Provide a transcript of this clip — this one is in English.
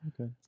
okay